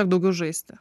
ir daugiau žaisti